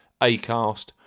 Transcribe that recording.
Acast